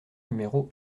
numéro